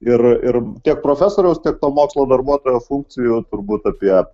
ir ir tiek profesoriaus tiek mokslo darbuotojo funkcijų turbūt apie